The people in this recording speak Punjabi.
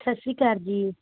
ਸਤਿ ਸ਼੍ਰੀ ਅਕਾਲ ਜੀ